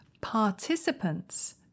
participants